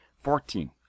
fourteen